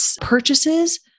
purchases